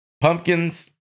Pumpkins